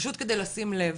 פשוט כדי לשים לב,